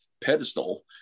pedestal